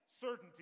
certainty